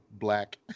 black